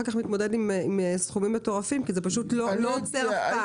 הוא אחר כך מתמודד עם סכומים מטורפים כי זה לא עוצר אף פעם.